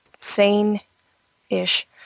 sane-ish